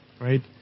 right